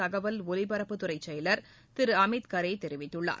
தகவல் ஒலிபரப்புத்துறை செயலர் திரு அமித் கரே தெரிவித்துள்ளார்